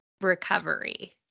recovery